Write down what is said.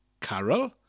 carol